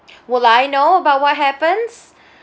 will I know about what happens